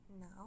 Now